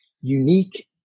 unique